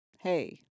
hey